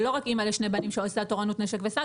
ולא רק אמא לשני בנים שעושה תורנות 'נשק וסע',